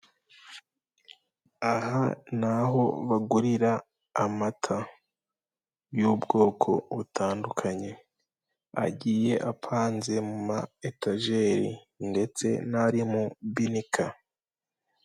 Aha naho bagurira amata y'ubwoko butandukanye agiye apanze mu ma etageri ndetse n' ari mu binica.